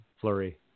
flurry